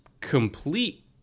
complete